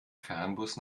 fernbus